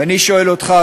ואני שואל אותך,